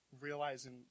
realizing